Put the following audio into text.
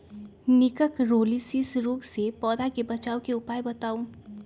निककरोलीसिस रोग से पौधा के बचाव के उपाय बताऊ?